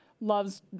loves